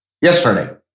yesterday